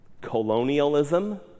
Colonialism